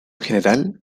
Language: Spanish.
general